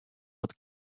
wat